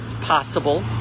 possible